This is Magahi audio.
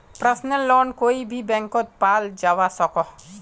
पर्सनल लोन कोए भी बैंकोत पाल जवा सकोह